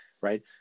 right